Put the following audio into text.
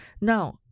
Now